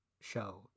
show